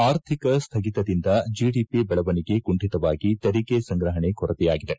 ಆರ್ಥಿಕ ಸ್ಥಗಿತದಿಂದ ಜಡಿಪಿ ಬೆಳವಣಿಗೆ ಕುಂಠಿತವಾಗಿ ತೆಂಗೆ ಸಂಗ್ರಪಣೆ ಕೊರತೆಯಾಗಿದೆ